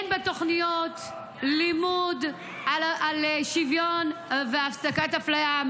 אין בתוכניות לימוד על שוויון והפסקת אפליה,